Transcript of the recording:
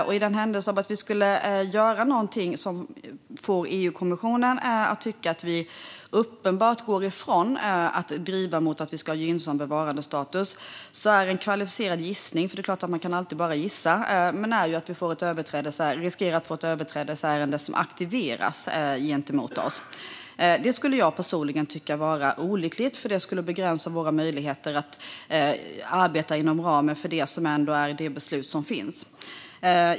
I händelse av att vi skulle göra någonting som får EU-kommissionen att tycka att vi uppenbart går ifrån gynnsam bevarandestatus är en kvalificerad gissning - det är klart att man alltid bara kan gissa - att vi riskerar att få ett överträdelseärende som aktiveras gentemot oss. Det skulle jag personligen tycka var olyckligt, för det skulle begränsa våra möjligheter att arbeta inom ramen för det beslut som finns.